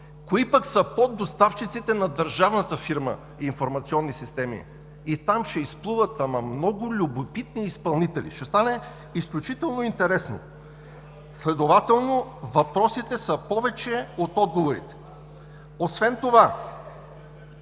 кои пък са поддоставчиците на държавната фирма „Информационни системи“? И там ще изплуват ама много любопитни изпълнители. Ще стане изключително интересно. Следователно въпросите са повече от отговорите. Освен това